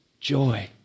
joy